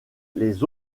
les